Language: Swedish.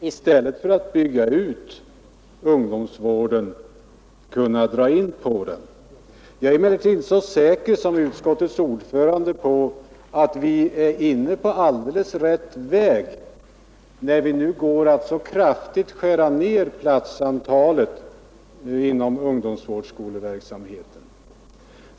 Fru talman! Liksom utskottets värderade herr ordförande är jag glad om vi är i den situationen att vi i stället för att bygga ut ungdomsvården kan dra in på den. Jag är emellertid inte lika säker som utskottets ordförande på att vi är inne på alldeles rätt väg när vi nu går att så kraftigt skära ner platsantalet inom ungdomsvårdsskoleverksamheten.